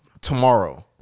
tomorrow